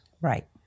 Right